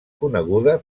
coneguda